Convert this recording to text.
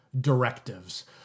directives